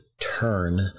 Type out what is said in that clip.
turn